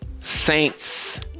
Saints